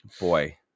Boy